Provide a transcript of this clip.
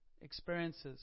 experiences